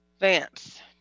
Vance